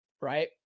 right